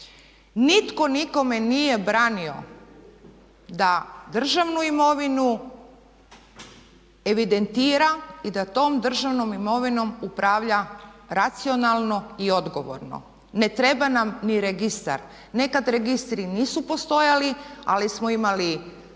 Nitko nikome nije branio da državnu imovinu evidentira i da tom državnom imovinom upravlja racionalno i odgovorno. Ne treba nam ni registar. Nekad registri nisu postojali ali smo imali bilance,